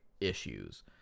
issues